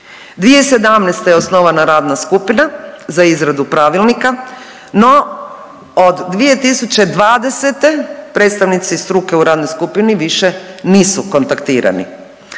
2017. je osnovana radna skupina za izradu pravilnika. No, od 2020. predstavnici struke u radnoj skupini više nisu kontaktirani.